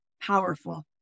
powerful